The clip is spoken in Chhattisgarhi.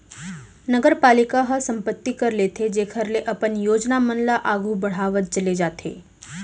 नगरपालिका ह संपत्ति कर लेथे जेखर ले अपन योजना मन ल आघु बड़हावत चले जाथे